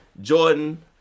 Jordan